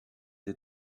the